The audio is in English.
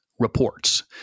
reports